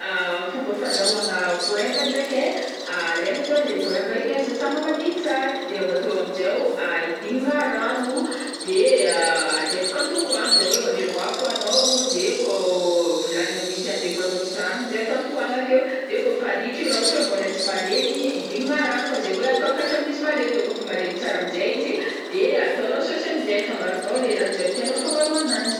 Fomba fandrahoagna voemba ndraiky ai, alaigna zao le voemba igny ai sasagna madio tsara, de avakeo amnjai ahidignagna rano, de adeboka antoko ani zany oe mamelogna afo anao, de kô vilagny misy anilay voemba misy rano igny izay atao antokôagna akeo de kô fa ritry igny ra oatra oe mbola tsy malemy idignana rano kô zegny oe atô aminizy malemy de kô fa malemy tsar amnjai izy de ataonao saosy aminjai afangaronao le ra tianô afangaro ananjy.